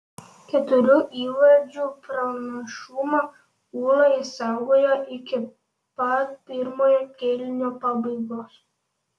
keturių įvarčių pranašumą ūla išsaugojo iki pat pirmojo kėlinio pabaigos